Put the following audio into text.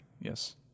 yes